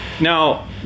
now